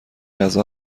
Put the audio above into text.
غذا